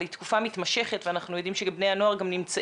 היא תקופה מתמשכת ואנחנו יודעים שגם בני הנוער נמצאים